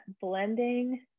blending